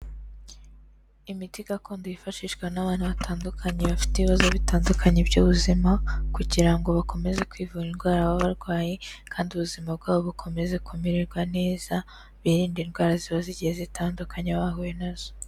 Imiti gakondo yifashishwa n'abantu batandukanye, bafite ibibazo bitandukanye by'ubuzima, kugira ngo bakomeze kwivura indwara baba barwaye kandi ubuzima bwabo bukomeze kumererwa neza, birinde indwara ziba zigiye zitandukanye bahuye nazo.